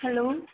hello